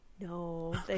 No